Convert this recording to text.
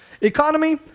Economy